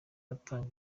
atanga